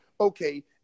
okay